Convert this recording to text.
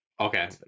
Okay